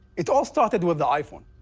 it all started with the iphone.